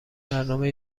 برنامه